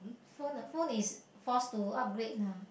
phone uh phone is force to upgrade lah